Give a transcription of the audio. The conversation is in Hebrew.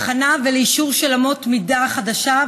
להכנה ולאישור של אמות מידה חדשות.